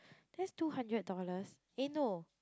that's two hundred dollars eh no